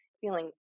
feeling